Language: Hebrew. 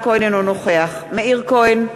אינו נוכח מאיר כהן,